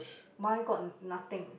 my got nothing